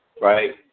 right